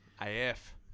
AF